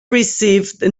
received